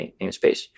namespace